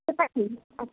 আচ্ছা